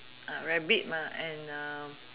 rabbit and